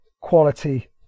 quality